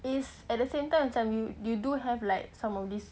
is at the same time macam you do have like some of this